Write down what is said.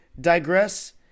digress